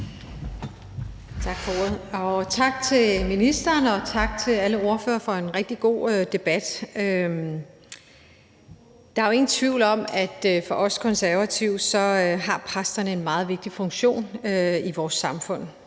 Tak for ordet. Og tak til ministeren og tak til alle ordførerne for en rigtig god debat. Der er jo ingen tvivl om, at for os Konservative har præsterne en meget vigtig funktion i vores samfund.